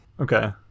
Okay